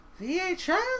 VHS